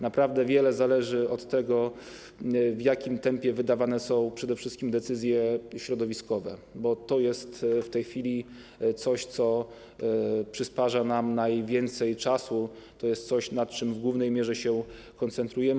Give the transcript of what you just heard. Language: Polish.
Naprawdę wiele zależy od tego, w jakim tempie wydawane są przede wszystkim decyzje środowiskowe, bo to jest w tej chwili coś, co zabiera nam najwięcej czasu, to jest coś, na czym w głównej mierze się koncentrujemy.